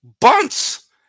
Bunts